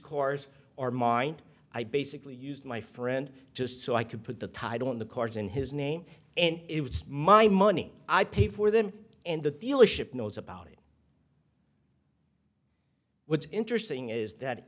corps are mind i basically used my friend just so i could put the title on the cars in his name and it was my money i paid for then and the dealership knows about it what's interesting is that